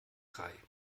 drei